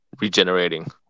regenerating